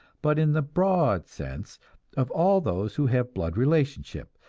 but in the broad sense of all those who have blood relationship,